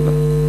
תודה.